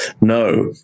No